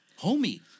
homie